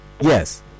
Yes